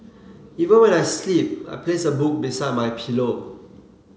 even when I sleep I place a book beside my pillow